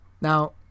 Now